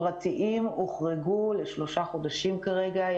הפרטיים הוחרגו לשלושה חודשים כרגע,